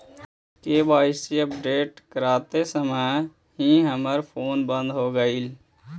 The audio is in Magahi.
के.वाई.सी अपडेट करवाते समय ही हमर फोन बंद हो गेलई